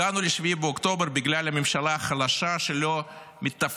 הגענו ל-7 באוקטובר בגלל הממשלה החלשה הלא-מתפקדת